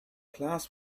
class